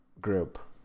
group